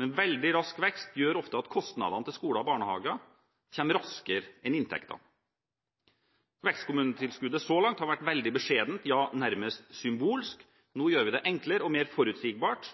Men veldig rask vekst gjør ofte at kostnadene til skoler og barnehager kommer raskere enn inntektene. Vekstkommunetilskuddet har så langt vært veldig beskjedent, ja nærmest symbolsk. Nå gjør vi det enklere og mer forutsigbart.